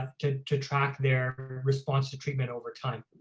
to to track their response to treatment over time.